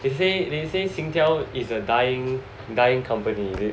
they say they say Singtel is a dying dying company is it